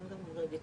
זה מה שאני מבינה